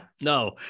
No